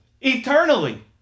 eternally